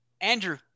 Andrew